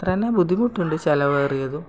അത്ര തന്നെ ബുദ്ധിമുട്ടുണ്ട് ചിലവേറിയതും